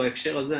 בהקשר הזה,